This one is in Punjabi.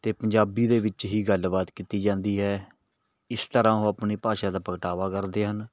ਅਤੇ ਪੰਜਾਬੀ ਦੇ ਵਿੱਚ ਹੀ ਗੱਲਬਾਤ ਕੀਤੀ ਜਾਂਦੀ ਹੈ ਇਸ ਤਰ੍ਹਾਂ ਉਹ ਆਪਣੀ ਭਾਸ਼ਾ ਦਾ ਪ੍ਰਗਟਾਵਾ ਕਰਦੇ ਹਨ